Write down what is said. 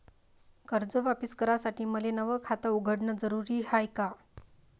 कर्ज वापिस करासाठी मले नव खात उघडन जरुरी हाय का?